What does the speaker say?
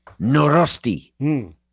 norosti